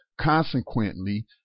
Consequently